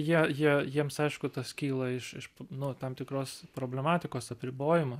jie jie jiems aišku tas kyla iš iš nu tam tikros problematikos apribojimo